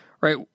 right